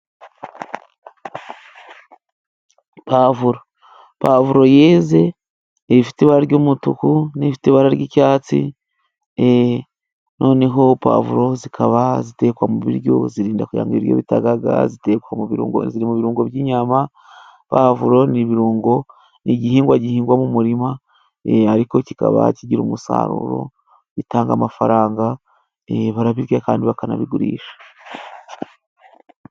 Puwavuro. Puwavuro yeze, iba ifite ibara ry'umutuku n'ifite ibara ry'icyatsi . Noneho puwavuro zikaba zitekwa mu biryo. Zirinda kugira ngo ibiryo bitagaga ,zitekwa mu birungo ,ziri mu birungo by'inyama . Puwavuro ni ibirungo, igihingwa gihingwa mu muririma ,ariko kikaba kigira umusaruro, gitanga amafaranga, barakirya kandi bakanakigurisha